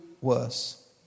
worse